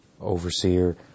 overseer